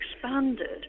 expanded